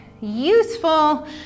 useful